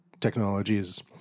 technologies